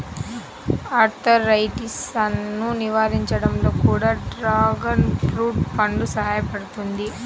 ఆర్థరైటిసన్ను నివారించడంలో కూడా డ్రాగన్ ఫ్రూట్ పండు సహాయపడుతుంది